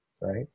right